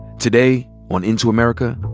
today, on into america,